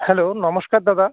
hello নমস্কার দাদা